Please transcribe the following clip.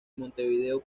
montevideo